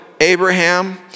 Abraham